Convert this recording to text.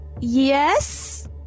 Yes